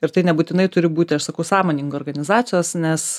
ir tai nebūtinai turi būti aš sakau sąmoningai organizacijos nes